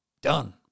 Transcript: Done